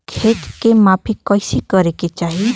खेत के माफ़ी कईसे करें के चाही?